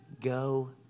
Go